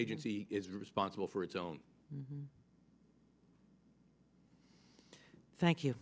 agency is responsible for its own thank you